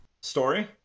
story